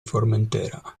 formentera